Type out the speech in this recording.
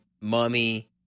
mummy